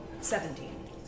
Seventeen